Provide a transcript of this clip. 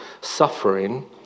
suffering